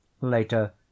later